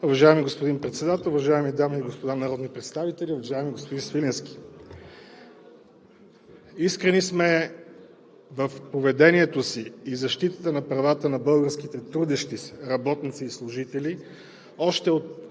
Уважаеми господин Председател, уважаеми дами и господа народни представители! Уважаеми господин Свиленски, искрени сме в поведението си и в защитата на правата на българските трудещи се, работници и служители още от